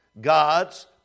God's